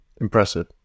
Impressive